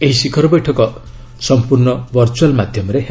ଏହି ଶିଖର ବୈଠକ ସମ୍ପର୍ଣ୍ଣ ଭର୍ଚ୍ଚଆଲ୍ ମାଧ୍ୟମରେ ହେବ